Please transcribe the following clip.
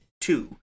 two